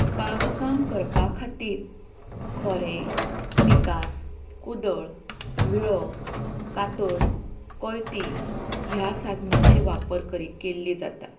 बाग काम करपा खातीर खोरें पिकास कुदळ विळो कातर कोयती ह्या साधनांची वापर करीत केल्ली जाता